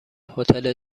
هتل